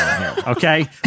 Okay